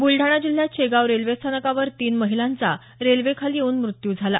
बुलडाणा जिल्ह्यात शेगाव रेल्वे स्थानकावर तीन महिलांचा रेल्वेखाली येव्न मृत्यू झाला